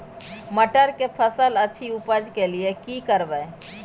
मटर के फसल अछि उपज के लिये की करबै?